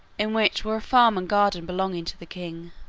in which were a farm and garden belonging to the king.